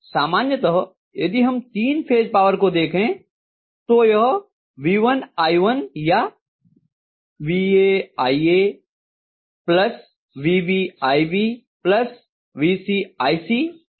सामान्यतः यदि हम तीन फेज पावर को देखें तो यह v1i1 या vA iA vB iB vC iC होगी